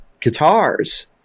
guitars